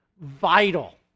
vital